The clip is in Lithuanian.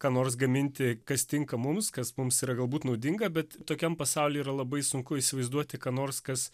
ką nors gaminti kas tinka mums kas mums yra galbūt naudinga bet tokiam pasauly yra labai sunku įsivaizduoti ką nors kas